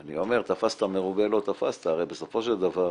אני אומר, תפסת מרובה לא תפסת, הרי בסופו של דבר